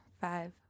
five